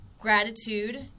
gratitude